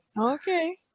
Okay